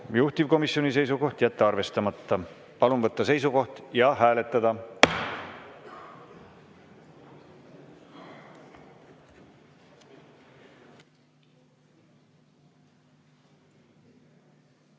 Juhtivkomisjoni seisukoht on jätta arvestamata. Palun võtta seisukoht ja hääletada!